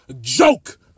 joke